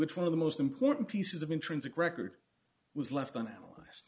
which one of the most important pieces of intrinsic record was left on al